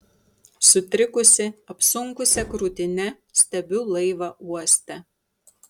sutrikusi apsunkusia krūtine stebiu laivą uoste